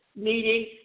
meeting